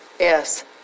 Yes